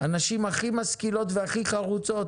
הנשים הכי משכילות והכי חרוצות